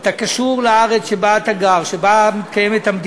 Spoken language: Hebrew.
אתה קשור לארץ שבה אתה גר, שבה המדינה מתקיימת,